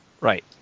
Right